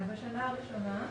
בשנה הראשונה